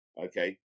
okay